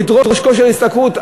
לדרוש מיצוי כושר השתכרות,